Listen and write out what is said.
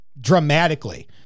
dramatically